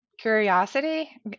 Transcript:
Curiosity